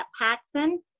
Paxson